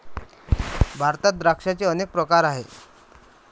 भारतात द्राक्षांचे अनेक प्रकार आहेत